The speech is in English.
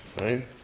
right